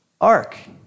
Ark